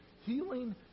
Healing